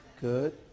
Good